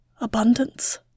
abundance